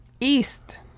East